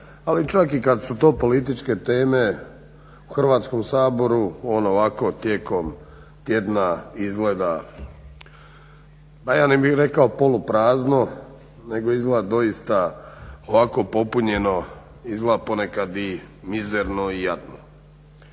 ali čak i kad su to političke teme u Hrvatskom saboru on ovako tijekom tjedna izgleda pa ja ne bih rekao poluprazno nego izgleda doista ovako popunjeno, izgleda ponekad i mizerno i jadno.